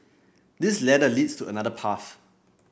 this ladder leads to another path